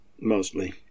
mostly